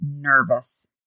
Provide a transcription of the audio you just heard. nervous